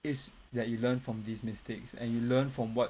is that you learn from these mistakes and you learn from what